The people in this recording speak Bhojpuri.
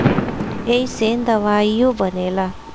ऐइसे दवाइयो बनेला